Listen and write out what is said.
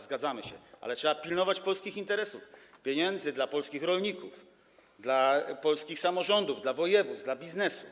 Zgadzamy się, ale trzeba pilnować polskich interesów, pieniędzy dla polskich rolników, dla polskich samorządów, dla województw, dla biznesu.